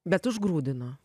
bet užgrūdino